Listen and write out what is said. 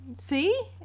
See